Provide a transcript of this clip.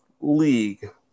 league